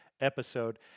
episode